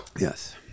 Yes